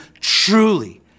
truly